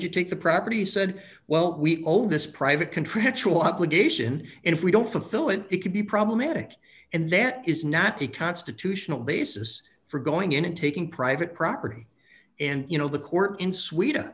you take the property said well we own this private contractual obligation if we don't fulfill it it could be problematic and there is not a constitutional basis for going in and taking private property and you know the court in swe